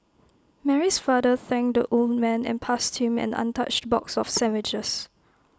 Mary's father thanked the old man and passed him an untouched box of sandwiches